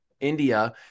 India